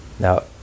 Now